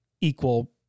equal